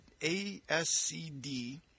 ASCD